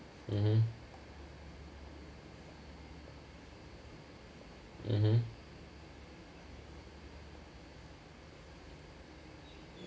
mmhmm mmhmm